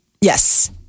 Yes